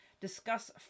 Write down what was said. discuss